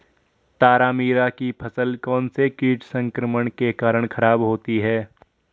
तारामीरा की फसल कौनसे कीट संक्रमण के कारण खराब होती है?